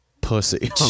pussy